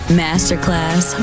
masterclass